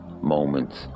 moments